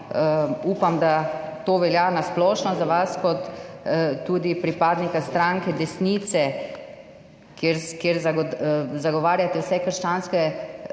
upam, da to velja na splošno za vas kot tudi pripadnika stranke desnice, kjer zagovarjate vse krščanske odnose